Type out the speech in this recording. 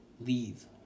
Leave